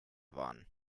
waren